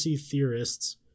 theorists